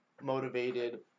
motivated